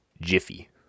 Jiffy